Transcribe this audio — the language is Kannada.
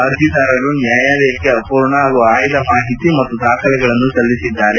ಅರ್ಜಿದಾರರು ನ್ಕಾಯಾಲಯಕ್ಕೆ ಅರ್ಮೂರ್ಣ ಹಾಗೂ ಆಯ್ದ ಮಾಹಿತಿ ಮತ್ತು ದಾಖಲೆಗಳನ್ನು ಸಲ್ಲಿಸಿದ್ದಾರೆ